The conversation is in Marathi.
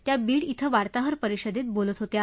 त्या बीड िंग वार्ताहर परिषदेत बोलत होत्या